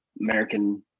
American